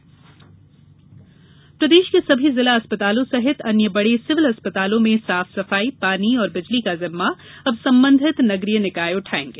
जयवर्द्वन प्रदेश के सभी जिला अस्पतालों सहित अन्य बड़े सिविल अस्पतालों में साफ़ सफ़ाई पानी और बिजली का जिम्मा अब संबंधित नगरीय निकाय उठाएंगे